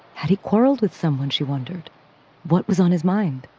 had he quarrelled with someone, she wondered what was on his mind.